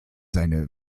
eine